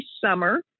summer